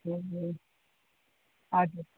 हजुर हजुर